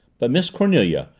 but miss cornelia,